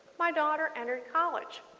my daughter entered college.